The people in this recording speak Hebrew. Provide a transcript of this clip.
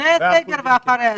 ואחרי הסגר.